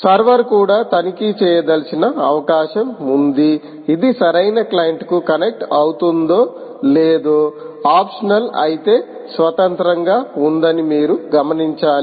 server కూడా తనిఖీ చేయదలిచిన అవకాశం ఉంది ఇది సరైన క్లయింట్కు కనెక్ట్ అవుతుందో లేదో ఆప్షనల్ అయితే స్వతంత్రంగా ఉందని మీరు గమనించాలి